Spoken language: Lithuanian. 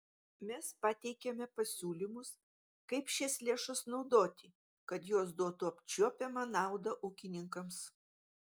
mes pateikėme pasiūlymus kaip šias lėšas naudoti kad jos duotų apčiuopiamą naudą ūkininkams